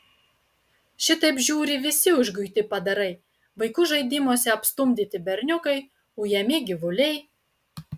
šitaip žiūri visi užguiti padarai vaikų žaidimuose apstumdyti berniukai ujami gyvuliai